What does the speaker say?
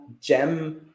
gem